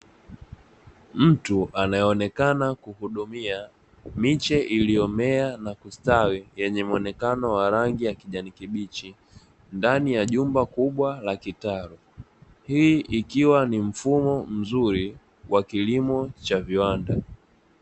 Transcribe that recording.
Mtu anaeonekana kuhudumia miche iliyo mea na kustawi yenye muonekano wa rangi ya kijani kibichi ndani ya jumba kubwa la kitalu, Hii ikiwa ni mfumo mzuri wa kilimo cha viwanda.